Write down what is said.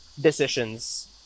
decisions